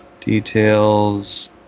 details